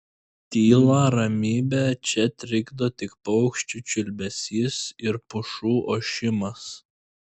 tylą ramybę čia trikdo tik paukščių čiulbesys ir pušų ošimas